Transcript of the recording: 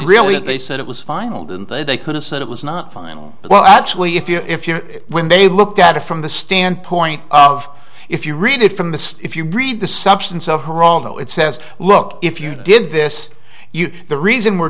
really they said it was final didn't they they could have said it was not final but well actually if you when they looked at it from the standpoint of if you read it from the if you read the substance of geraldo it says look if you did this you the reason we're